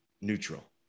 neutral